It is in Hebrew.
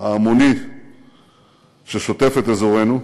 ההמוני ששוטף את אזורנו,